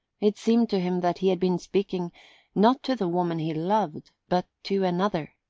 it seemed to him that he had been speaking not to the woman he loved but to another,